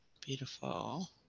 beautiful